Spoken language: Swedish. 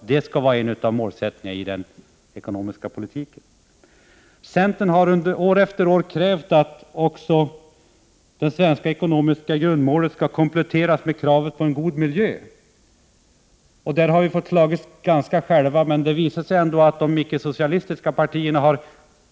Det skall alltså nu vara en av målsättningarna i den ekonomiska politiken. Centern har år efter år också krävt att det svenska ekonomiska grundmålet skall kompletteras med kravet på en god miljö. Där har vi fått slåss ganska ensamma, men det har ändå visat sig att de icke-socialistiska partierna har